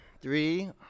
three